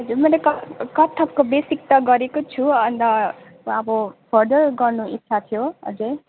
हजुर मैले कथ कथकको बेसिक त गरेको छु अन्त अब फर्दर गर्नु इच्छा थियो हजुर